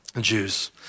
Jews